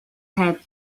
head